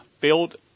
build